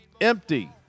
Empty